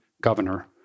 governor